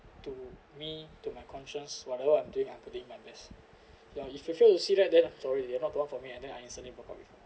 to me to my conscience whatever I'm doing I'm putting my best ya if you fail to see that then sorry you're not the one for me and then I instantly broke out with her